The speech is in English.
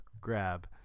grab